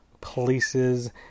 places